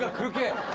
ah cook it